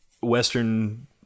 Western